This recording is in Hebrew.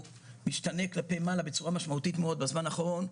משתנה כלפי מעלה בצורה משמעותית מאוד בזמן האחרון,